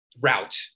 route